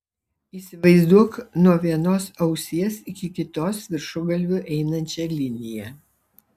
įsivaizduok nuo vienos ausies iki kitos viršugalviu einančią liniją